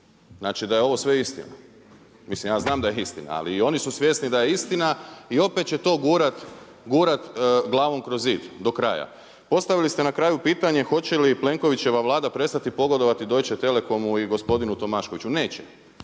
Znači da je sve ovo istina. Mislim ja znam da je istina, ali i oni su svjesni da je istina i opet će to gurati glavom kroz zid do kraja. Postavili ste na kraju pitanje hoće li Plenkovićeva Vlada prestati pogodovati Deutsche telekomu i gospodinu Tomaškoviću? Neće.